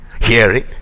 hearing